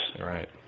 right